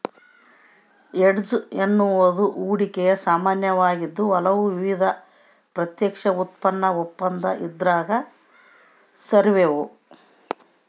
hedge ಎನ್ನುವುದು ಹೂಡಿಕೆಯ ಸ್ಥಾನವಾಗಿದ್ದು ಹಲವು ವಿಧದ ಪ್ರತ್ಯಕ್ಷ ಉತ್ಪನ್ನ ಒಪ್ಪಂದ ಇದ್ರಾಗ ಸೇರ್ಯಾವ